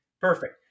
Perfect